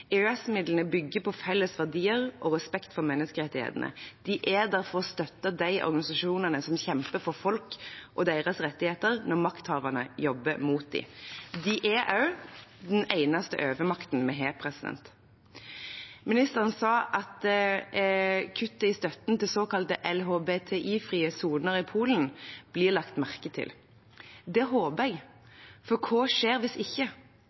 bygger på felles verdier og respekt for menneskerettighetene. De er der for å støtte de organisasjonene som kjemper for folk og deres rettigheter når makthaverne jobber mot dem. De er også den eneste overmakten vi har. Ministeren sa at kuttet i støtten til såkalte LHBTI-frie soner i Polen blir lagt merke til. Det håper jeg, for hva skjer hvis ikke?